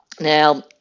Now